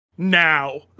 now